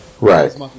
Right